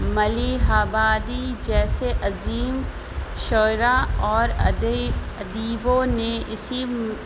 ملیح آبادی جیسے عظیم شعرا اور ادیب ادیبوں نے اسی